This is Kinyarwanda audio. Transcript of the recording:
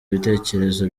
ibitekerezo